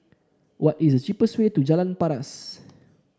what is the cheapest way to Jalan Paras